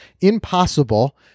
Impossible